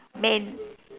man